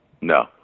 No